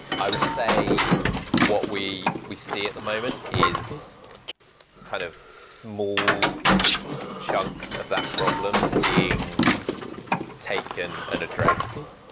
i would say what we we see at the moment is kind of small chunks of that problem being taken and addressed,